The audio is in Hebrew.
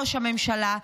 ראש הממשלה,